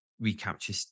recapture